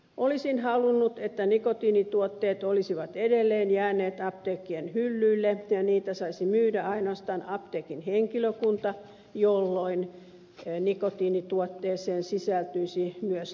olisin halunnut että nikotiinituotteet olisivat edelleen jääneet apteekkien hyllyille ja niitä saisi myydä ainoastaan apteekin henkilökunta jolloin nikotiinituotteen ostoon sisältyisi myös neuvontaa